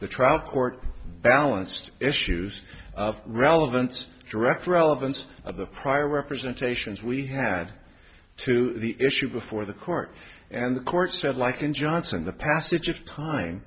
the trial court balanced issues of relevance direct relevance of the prior representations we had to the issue before the court and the court said like in johnson the passage of time